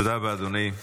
תודה רבה, אדוני.